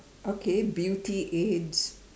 okay beauty aids